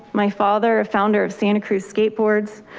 my father, a founder of santa cruz skateboards,